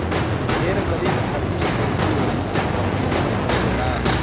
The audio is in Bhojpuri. ढेर गरीब आदमी के जीवन एपर निर्भर करेला